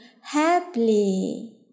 happily